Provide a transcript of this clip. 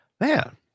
man